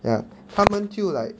ya 他们就 like